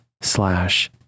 slash